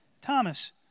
Thomas